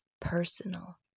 personal